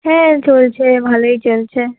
হ্যাঁ চলছে ভালোই চলছে